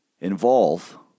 involve